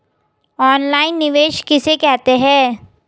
Online निवेश किसे कहते हैं?